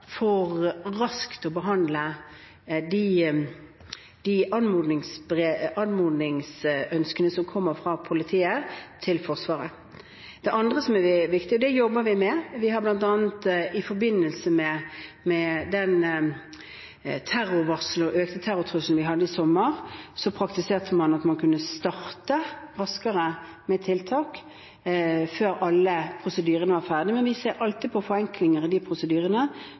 for raskt å behandle de anmodninger og ønsker som kommer fra politiet til Forsvaret. Det andre som er viktig, og det jobber vi med, er at bl.a. i forbindelse med terrorvarselet og den økte terrortrusselen vi hadde i sommer, praktiserte man at man kunne starte raskere med tiltak, før alle prosedyrene var ferdige. Vi ser alltid på forenklinger i de prosedyrene